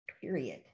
period